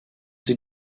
sie